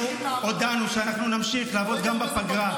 הודענו שאנחנו נמשיך לעבוד גם בפגרה,